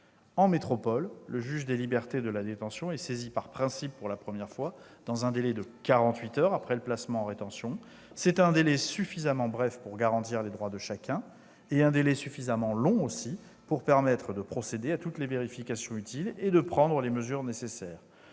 En métropole, le juge des libertés et de la détention est saisi par principe pour la première fois, dans un délai de quarante-huit heures après le placement en rétention. C'est un délai suffisamment bref pour garantir les droits de chacun, mais un délai suffisamment long, aussi, pour permettre de procéder à toutes les vérifications utiles et de prendre les mesures nécessaires.